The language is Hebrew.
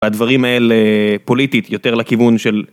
הדברים האלה פוליטית יותר לכיוון של